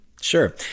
Sure